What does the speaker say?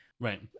Right